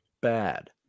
bad